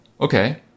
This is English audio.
okay